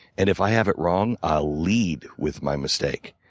and if i have it wrong, i'll lead with my mistake.